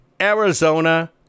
Arizona